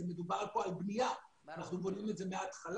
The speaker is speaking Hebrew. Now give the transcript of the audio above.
מדובר פה על בנייה ואנחנו בונים את זה מההתחלה.